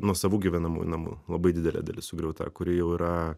nuosavų gyvenamųjų namų labai didelė dalis sugriauta kuri jau yra